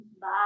Bye